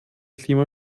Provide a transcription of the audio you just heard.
klima